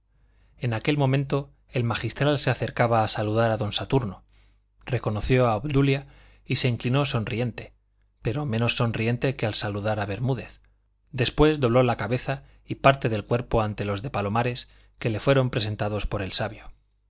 en aquel momento el magistral se acercaba a saludar a don saturno reconoció a obdulia y se inclinó sonriente pero menos sonriente que al saludar a bermúdez después dobló la cabeza y parte del cuerpo ante los de palomares que le fueron presentados por el sabio